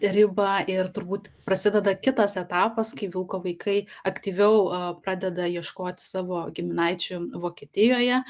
ribą ir turbūt prasideda kitas etapas kai vilko vaikai aktyviau pradeda ieškoti savo giminaičių vokietijoje